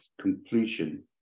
completion